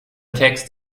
text